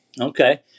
Okay